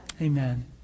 Amen